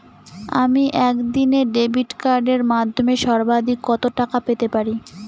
আমি একদিনে ডেবিট কার্ডের মাধ্যমে সর্বাধিক কত টাকা পেতে পারি?